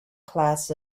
class